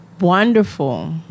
Wonderful